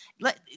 Let